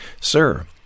Sir